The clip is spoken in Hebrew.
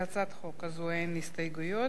להצעת חוק זו אין הסתייגויות.